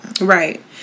Right